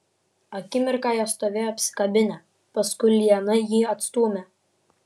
akimirką jie stovėjo apsikabinę paskui liana jį atstūmė